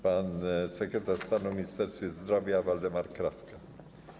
Pan sekretarz stanu w Ministerstwie Zdrowia Waldemar Kraska.